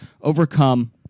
overcome